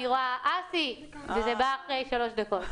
אני רואה 'אסי' וזה בא אחרי שלוש דקות.